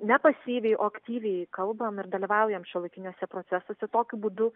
ne pasyviai o aktyviai kalbam ir dalyvaujam šiuolaikiniuose procesuose tokiu būdu